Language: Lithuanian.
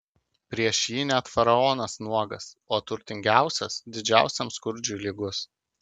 prieš jį net faraonas nuogas o turtingiausias didžiausiam skurdžiui lygus